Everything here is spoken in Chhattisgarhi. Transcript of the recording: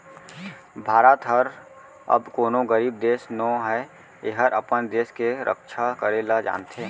भारत हर अब कोनों गरीब देस नो हय एहर अपन देस के रक्छा करे ल जानथे